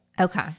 Okay